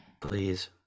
please